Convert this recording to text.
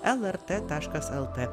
lrt taškas lt